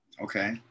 Okay